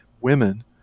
women